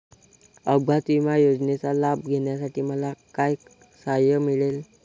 अपघात विमा योजनेचा लाभ घेण्यासाठी मला काय सहाय्य मिळेल?